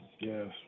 yes